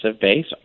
base